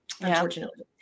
unfortunately